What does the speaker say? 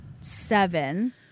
Seven